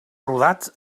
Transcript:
rodat